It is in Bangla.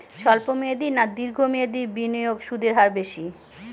স্বল্প মেয়াদী না দীর্ঘ মেয়াদী বিনিয়োগে সুদের হার বেশী?